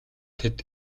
тэд